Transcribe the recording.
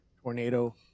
tornado